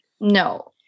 No